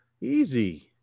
easy